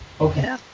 Okay